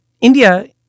India